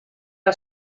era